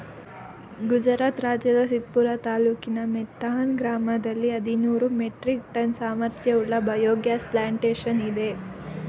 ಗುಜರಾತ್ ರಾಜ್ಯದ ಸಿದ್ಪುರ ತಾಲೂಕಿನ ಮೇಥಾನ್ ಗ್ರಾಮದಲ್ಲಿ ಐದುನೂರು ಮೆಟ್ರಿಕ್ ಟನ್ ಸಾಮರ್ಥ್ಯವುಳ್ಳ ಬಯೋಗ್ಯಾಸ್ ಪ್ಲಾಂಟೇಶನ್ ಇದೆ